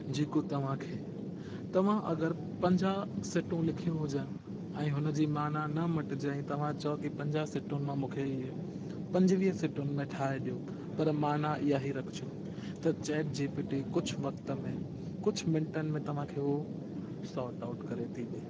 जेको तव्हां खे तव्हां अगरि पंजाह सिटूं लिखियूं हुजनि ऐं हुन जी माना न मटजाई तव्हां चओ पंजाह सिटुनि मां मूंखे पंजवीह सिटुनि में ठाहे ॾियो पर माना इहा ई रखिजो त चैट जी पी टी कुझु वक़्त में कुझु मिंटनि में तव्हां खे हो सॉर्ट आउट करे थी ॾे